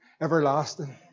everlasting